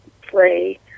play